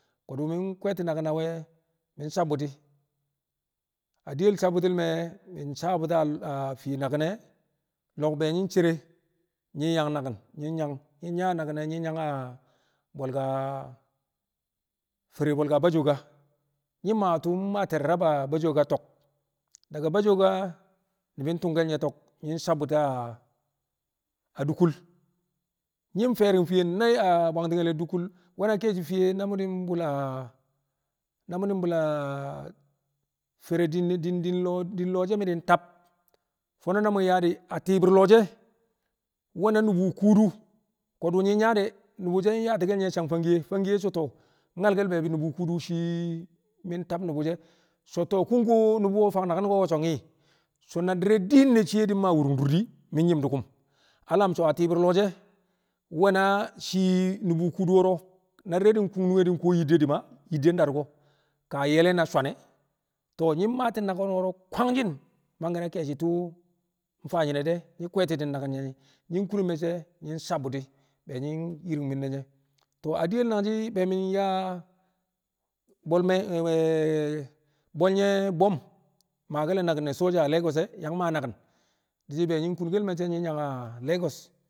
Ko̱du̱ mi̱ kwe̱e̱ti̱ naki̱n a we̱ mi̱ sabu̱ti̱ adiyel sabu̱ti̱ le̱ me̱ mi̱ sabu̱ti̱ a naki̱n e̱ lo̱b be nyi̱ cere nyi̱ yang naki̱n nyi̱ yang nyi̱ yaa a naki̱n e̱ nyi̱ yang a bwe̱lka fere bwe̱lka Bajoga nyi̱ maa tu̱u̱ mma te̱re̱ rab a Bajoga to̱k daga Bajoga ni̱bi̱ ntu̱ngke̱l nye̱ to̱k nyi̱ sabu̱ti̱ a Dukkul nyi̱ fe̱ri̱ng fiye nai̱ a bwanti̱nke̱l Dukkul we̱ na ke̱e̱shi̱ fiye na mu̱ di̱ bul a na mu̱ di̱ bul a fere diine din din lo̱o̱ din lo̱o̱ she̱ mi̱ di̱ tab fo̱no̱ na mu̱ yaa di̱ a ti̱i̱bi̱r lo̱o̱ she̱ we̱ na nu̱bu̱ kuudu ko̱du̱ nyi̱ yaa de̱ ni̱bi̱ she̱ nyaati̱kel le̱ nye̱ a sang fangkiye fangkiye so̱ to̱o̱ nyalke̱l be̱e̱bɪ nu̱bu̱ kuudu shii mi̱ tab nu̱bu̱ she̱ so̱ to̱o̱ ku̱ kuwo nu̱bu̱ ko̱ fang naki̱n ko̱ so̱ ɪhn so̱ na di̱re̱ din ne̱ shiye di̱ maa wurun dur di̱ mi̱ nyi̱m di̱ ku̱m alam so̱ a ti̱i̱bi̱r lo̱o̱ she̱ we̱na shii nu̱bu̱ kuudu wo̱ro̱ na di̱re̱ kung nunge nkuwo yidde di̱ ma yidde ndakko ka ye̱le̱ na swane̱ to̱o̱ nyi̱ maati̱n naki̱n wo̱ro̱ kwangshi̱n mangke̱ na ke̱e̱shi̱ tu̱u̱ mfaa nyine di̱ nyi̱ kwe̱e̱ti̱ naki̱n ne̱ nye̱ nyi̱ kuno me̱cce̱ nyi̱ sabu̱ti̱ be yiringmin ne̱ nye̱ to̱o̱ adiyel nangshi̱ be mi̱ yaa bwe̱l me̱ bwe̱l nye̱ Bom maake̱l naki̱n ne̱ soja a Lagos e̱ yang maa naki̱n di̱ shi̱ be nyi̱ kungkel me̱cce̱ nyi̱ yang a Lagos.